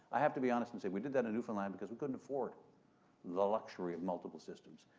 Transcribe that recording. i have to be honest and say we did that in newfoundland because we couldn't afford the luxury of multiple systems.